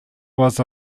was